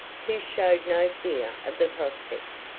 who showed no fear of the prospect.